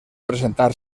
presentar